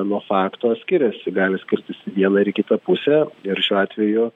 nuo fakto skiriasi gali skirtis į vieną ir į kitą pusę ir šiuo atveju